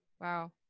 Wow